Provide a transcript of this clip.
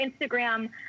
Instagram